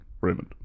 Raymond